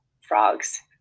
frogs